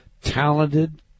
talented